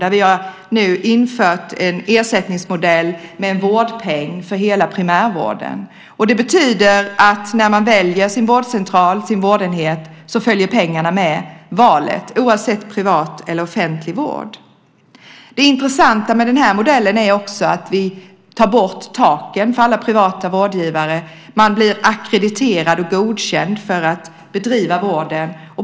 Där har vi infört en ersättningsmodell med en vårdpeng för hela primärvården. Det betyder att när man väljer sin vårdcentral eller vårdenhet följer pengarna med valet, oavsett om man väljer privat eller offentlig vård. Det intressanta med denna modell är att vi tar bort taken för alla privata vårdgivare. Man blir ackrediterad och godkänd för att bedriva vården.